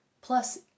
plus